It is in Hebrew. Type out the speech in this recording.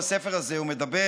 בספר הזה הוא מדבר,